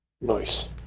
Nice